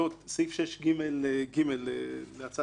סעיף 6ג(ג) להצעת החוק,